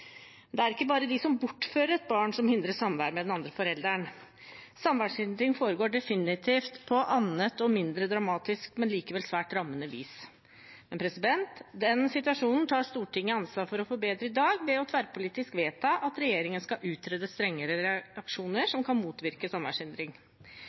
det er ikke bare de som bortfører et barn, som hindrer samvær med den andre forelderen. Samværshindring foregår definitivt på annet og mindre dramatisk, men likevel svært rammende, vis. Den situasjonen tar Stortinget ansvar for å forbedre i dag ved tverrpolitisk å vedta at regjeringen skal utrede strengere reaksjoner